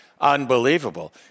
unbelievable